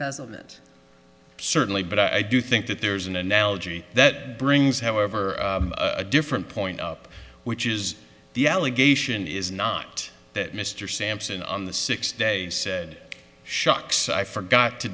doesn't it certainly but i do think that there's an analogy that brings however a different point up which is the allegation is not that mr sampson on the sixth day said shucks i forgot to